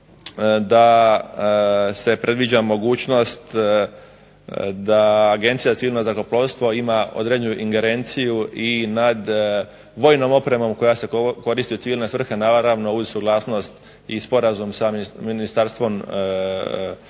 da se predviđa mogućnost da Agencija za civilno zrakoplovstvo ima određenu ingerenciju i nad vojnom opremom koja se koristi u civilne svrhe naravno uz suglasnost i sporazumom sa Ministarstvom obrane